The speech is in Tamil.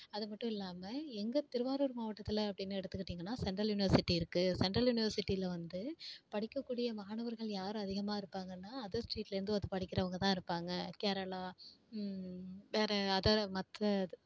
அது மட்டும் இல்லாமல் எங்கள் திருவாரூர் மாவட்டத்தில் அப்படின்னு எடுத்துக்கிட்டீங்கன்னால் சென்ட்ரல் யுனிவர்சிட்டி இருக்குது சென்ட்ரல் யுனிவர்சிட்டியில வந்து படிக்கக்கூடிய மாணவர்கள் யார் அதிகமாக இருப்பாங்கன்னால் அதர் ஸ்டேட்டில் இருந்து வந்து படிக்கிறவங்க தான் இருப்பாங்க கேரளா வேறு அதர் மற்றது